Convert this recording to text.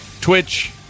Twitch